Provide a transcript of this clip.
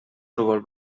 núvol